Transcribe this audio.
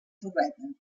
torreta